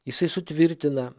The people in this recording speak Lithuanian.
jisai sutvirtina